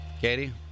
Katie